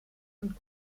und